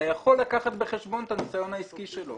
לקחת בחשבון את הניסיון העסקי שלו.